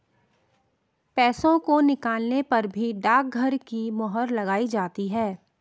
पैसों को निकालने पर भी डाकघर की मोहर लगाई जाती है